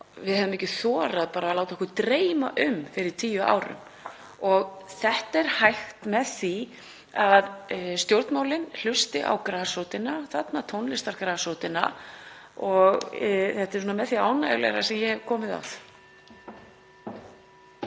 við hefðum ekki þorað að láta okkur dreyma um fyrir tíu árum. Þetta er hægt með því að stjórnmálin hlusti á grasrótina, tónlistargrasrótina, og þetta er með því ánægjulegra sem ég hef komið að.